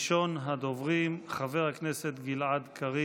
ראשון הדוברים, חבר הכנסת גלעד קריב,